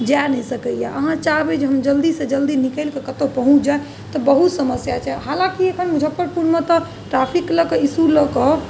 जे नहि सकैए अहाँ चाहबै जे हम जल्दीसँ जल्दी निकलिके कतहु पहुँच जाइ तऽ बहुत समस्या छै हालाँकि एखन मुजफ्फरपुरमे तऽ ट्रैफिकके लऽ कऽ इशू लऽ कऽ